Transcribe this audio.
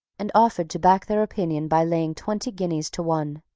and offered to back their opinion by laying twenty guineas to one.